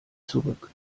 zurück